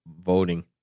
voting